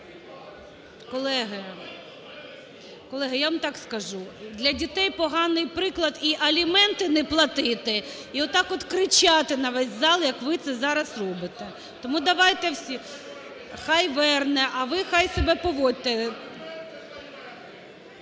Колеги, я вам так скажу: для дітей поганий приклад і аліменти не платити, і отак от кричати на весь зал, як ви це зараз робите. Тому давайте всі… (Шум у залі) Хай верне, а ви хай себе поводьте…